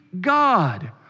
God